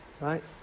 Right